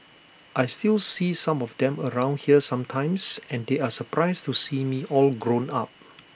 I still see some of them around here sometimes and they are surprised to see me all grown up